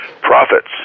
profits